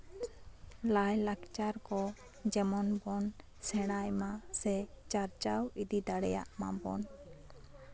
ᱞᱟᱭᱼᱞᱟᱠᱪᱟᱨ ᱠᱚ ᱡᱮᱢᱚᱱ ᱵᱚᱱ ᱥᱮᱬᱟᱭ ᱢᱟ ᱥᱮ ᱪᱟᱨᱪᱟᱣ ᱤᱫᱤ ᱫᱟᱲᱮᱭᱟᱜ ᱢᱟᱵᱳᱱ